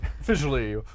Officially